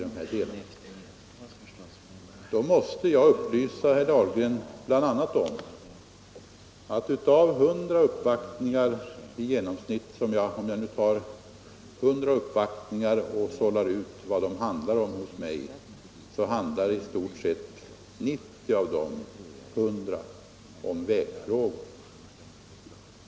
En sådan okunnighet vill jag dock inte misstänka honom för. Om jag sållar ut vad 100 uppvaktningar för mig handlar om, så visar det sig troligen att ungefär 90 av dem rör vägfrågor.